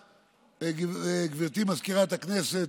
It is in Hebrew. גברתי מזכירת הכנסת,